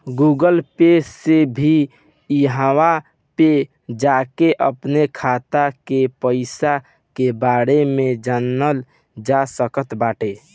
Google Pay से भी इहवा पे जाके अपनी खाता के पईसा के बारे में जानल जा सकट बाटे